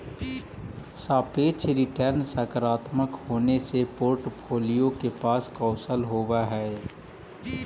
सापेक्ष रिटर्न सकारात्मक होने से पोर्ट्फोलीओ के पास कौशल होवअ हई